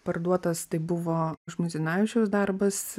parduotas tai buvo žmuidzinavičiaus darbas